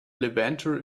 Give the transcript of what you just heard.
levanter